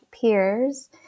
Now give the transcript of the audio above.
peers